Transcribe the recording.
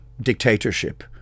dictatorship